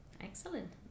Excellent